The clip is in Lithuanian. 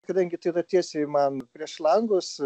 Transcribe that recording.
kadangi tai yra tiesiai man prieš langus